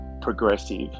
progressive